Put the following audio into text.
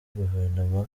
guverinoma